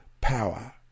power